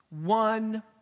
one